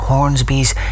Hornsby's